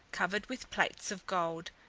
covered with plates of gold,